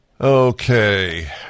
Okay